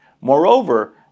Moreover